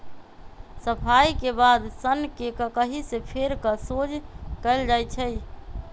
सफाई के बाद सन्न के ककहि से फेर कऽ सोझ कएल जाइ छइ